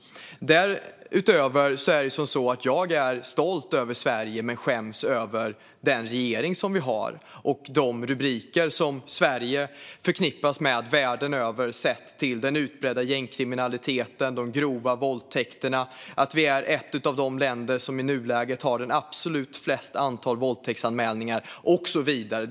Därutöver är det så här: Jag är stolt över Sverige, men jag skäms över den regering vi har och över de rubriker Sverige förknippas med världen över relaterat till den utbredda gängkriminaliteten och de grova våldtäkterna. Jag skäms över att vi är ett av de länder som i nuläget har absolut flest våldtäktsanmälningar och så vidare.